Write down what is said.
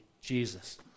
Jesus